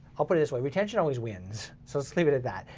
i'll put it this way. retention always wins, so let's leave it at that.